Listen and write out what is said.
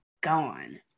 gone